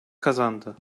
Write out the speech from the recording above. kazandı